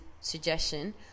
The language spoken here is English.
suggestion